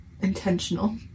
intentional